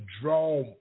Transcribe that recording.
draw